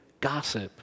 gossip